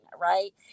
right